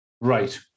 Right